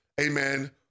amen